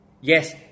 Yes